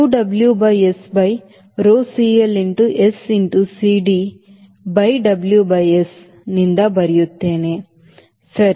ನಾನು 2 W by S by rho CL into S into CD by W by S ನಿಂದ ಬರೆಯುತ್ತೇನೆ ಸರಿ